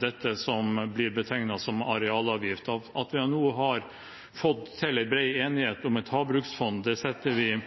dette som blir betegnet som en arealavgift, og at vi nå har fått til en bred enighet om et havbruksfond, setter vi